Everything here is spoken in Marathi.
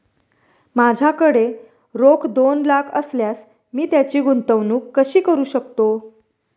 माझ्याकडे रोख दोन लाख असल्यास मी त्याची गुंतवणूक कशी करू शकतो?